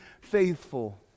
faithful